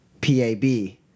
PAB